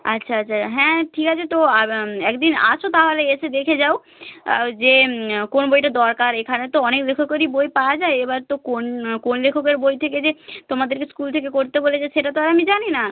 আচ্ছা আচ্ছা হ্যাঁ ঠিক আছে তো এক দিন আসো তাহলে এসে দেখে যাও যে কোন বইটা দরকার এখানে তো অনেক লেখকেরই বই পাওয়া যায় এবার তো কোন কোন লেখকের বই থেকে যে তোমাদেরকে স্কুল থেকে করতে বলেছে সেটা তো আর আমি জানি না